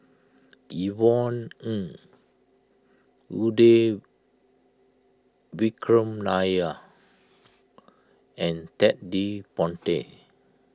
Yvonne Ng Uhde Vikram Nair and Ted De Ponti